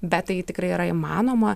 bet tai tikrai yra įmanoma